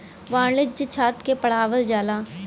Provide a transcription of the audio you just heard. वाणिज्य छात्र के पढ़ावल जाला